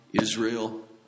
Israel